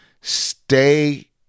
stay